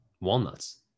walnuts